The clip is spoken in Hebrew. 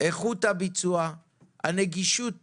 איכות ביצוע, נגישות